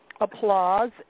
applause